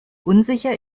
unsicher